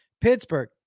Pittsburgh